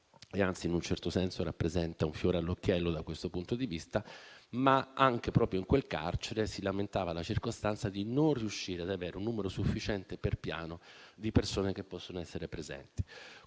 e anzi, in un certo senso rappresenta un fiore all'occhiello da questo punto di vista; ma anche in quel carcere si lamentava la circostanza di non riuscire ad avere un numero sufficiente di persone che possono essere presenti